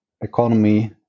economy